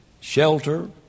shelter